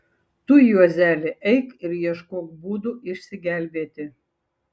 tu juozeli eik ir ieškok būdų išsigelbėti